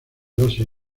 dosis